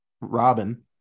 Robin